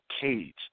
Cage